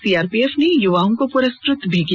CRPF ने युवाओं को पुरस्कृत भी किया